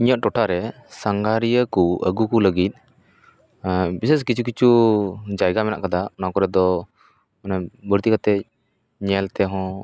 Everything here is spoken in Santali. ᱤᱧᱟᱹᱜ ᱴᱚᱴᱷᱟ ᱨᱮ ᱥᱟᱜᱷᱟᱨᱤᱭᱟᱹ ᱠᱚ ᱟᱹᱜᱩ ᱠᱚ ᱞᱟᱹᱜᱤᱫ ᱵᱤᱥᱮᱥ ᱠᱤᱪᱷᱩ ᱠᱤᱪᱷᱩ ᱡᱟᱭᱜᱟ ᱢᱮᱱᱟᱜ ᱟᱠᱟᱫᱟ ᱚᱱᱟ ᱠᱚᱨᱮ ᱫᱚ ᱚᱱᱮ ᱵᱟᱹᱲᱛᱤ ᱠᱟᱛᱮ ᱧᱮᱞ ᱛᱮᱦᱚᱸ